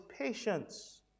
patience